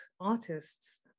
artists